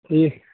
ٹھیٖک